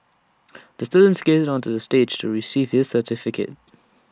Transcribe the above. the student skated onto the stage to receive his certificate